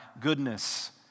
goodness